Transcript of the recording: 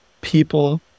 people